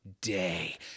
day